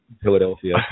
Philadelphia